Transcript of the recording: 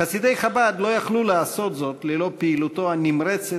חסידי חב"ד לא יכלו לעשות זאת ללא הפעילות הנמרצת